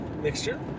mixture